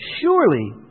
Surely